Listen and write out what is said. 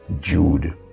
Jude